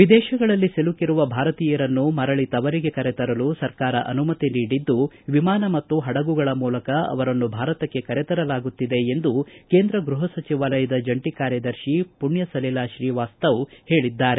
ವಿದೇಶಗಳಲ್ಲಿ ಸಿಲುಕಿರುವ ಭಾರತೀಯರನ್ನು ಮರಳಿ ತವರಿಗೆ ಕರೆತರಲು ಸರ್ಕಾರ ಅನುಮತಿ ನೀಡಿದ್ದು ವಿಮಾನ ಮತ್ತು ಹಡಗುಗಳ ಮೂಲಕ ಅವರನ್ನು ಭಾರತಕ್ಕೆ ಕರೆತರಲಾಗುತ್ತಿದೆ ಎಂದು ಕೇಂದ್ರ ಗ್ಲಪ ಸಚಿವಾಲಯದ ಜಂಟಿ ಕಾರ್ಯದರ್ಶಿ ಮಣ್ನ ಸಲೀಲಾ ಶ್ರೀವಾಸ್ತವ ಹೇಳಿದ್ದಾರೆ